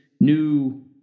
new